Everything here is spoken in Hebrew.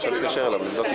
אני יכול לקיים את הדיון.